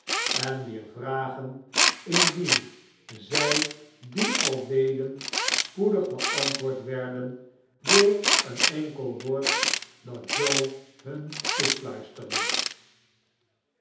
en wier vragen indien zij die al deden spoedig beantwoord werden door een enkel woord dat toe hun